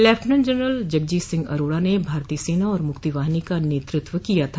lieutenant general Jagjit Singh Arora ने भारतीय सेना और मुक्तिवाहिनी का नेतृत्व किया था